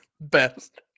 Best